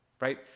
right